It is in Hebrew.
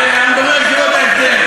הלוואי שזה יקרה.